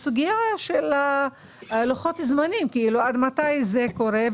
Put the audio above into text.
אני רוצה להתייחס גם לסוגייה של לוחות הזמנים; עד מתי זה קורה,